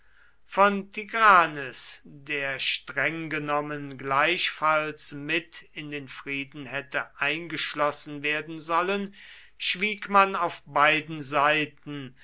von tigranes der streng genommen gleichfalls mit in den frieden hätte eingeschlossen werden sollen schwieg man auf beiden seiten